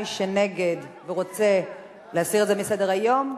מי שנגד ורוצה להסיר את זה מסדר-היום,